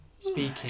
speaking